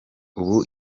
ubu